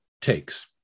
takes